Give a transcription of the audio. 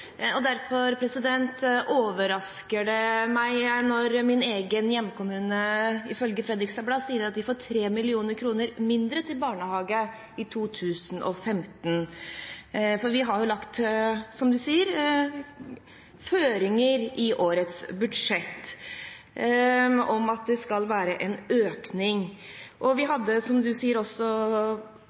Derfor overrasker det meg når min egen hjemkommune, ifølge Fredriksstad Blad, sier at de får 3 mill. kr mindre til barnehage i 2015, for vi har, som statsråden sier, lagt føringer i årets budsjett for at det skal være en økning. Vi hadde også, som statsråden sier,